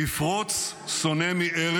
"עת